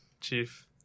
chief